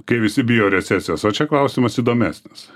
kai visi bijo recesijos va čia klausimas įdomesnis